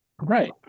Right